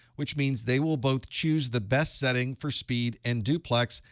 which means they will both choose the best setting for speed and duplex.